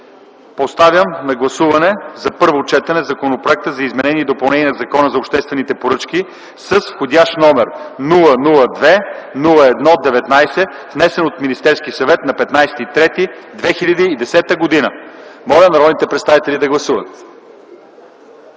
поставям на гласуване на първо четене Законопроекта за изменение и допълнение на Закона за обществените поръчки с вх. № 002-01-19, внесен от Министерския съвет на 15 март 2010 г. Моля, народните представители да гласуват.